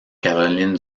caroline